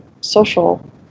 social